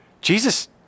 Jesus